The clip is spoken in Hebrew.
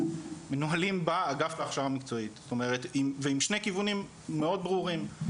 מנוהלים באגף להכשרה מקצועית ועם שני כיוונים מאוד ברורים,